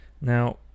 Now